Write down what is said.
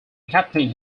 captained